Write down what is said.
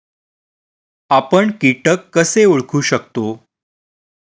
आपण कीटक कसे ओळखू शकतो?